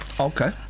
Okay